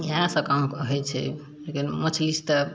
इएहे सभ काम होइ छै लेकिन मछलीसँ तऽ